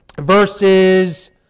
verses